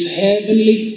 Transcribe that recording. heavenly